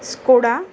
Skoda